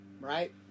Right